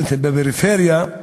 הם גם במקום אחרון בבגרות --- נכון.